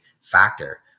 factor